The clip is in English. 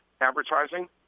advertising